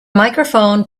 microphone